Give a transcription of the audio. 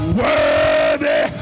worthy